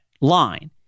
line